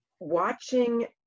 Watching